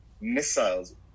missiles